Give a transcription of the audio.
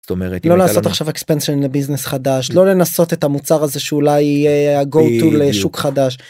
זאת אומרת לא לעשות עכשיו אקספנזה בביזנס חדש לא לנסות את המוצר הזה שאולי אגודו לשוק חדש.